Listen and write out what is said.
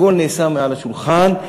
הכול נעשה מעל השולחן,